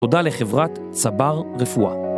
תודה לחברת צבר רפואה